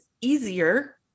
easier